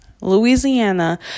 Louisiana